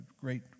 great